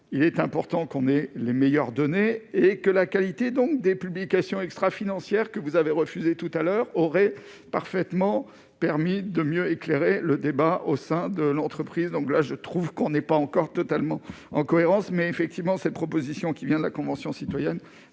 il est important qu'on ait les meilleures données et que la qualité donc des publications extra-financière que vous avez refusé tout à l'heure aurait parfaitement permis de mieux éclairer le débat au sein de l'entreprise, donc là je trouve qu'on n'est pas encore totalement en cohérence, mais effectivement cette proposition qui vient de la Convention citoyenne